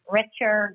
richer